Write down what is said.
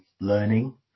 learning